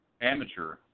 amateur